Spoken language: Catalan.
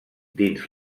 dins